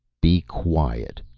be quiet,